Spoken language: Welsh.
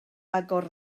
agor